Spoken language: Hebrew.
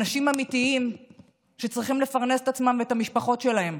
אנשים אמיתיים שצריכים לפרנס את עצמם ואת המשפחות שלהם.